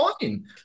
fine